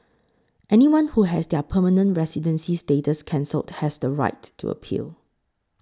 anyone who has their permanent residency status cancelled has the right to appeal